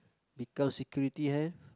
become security hire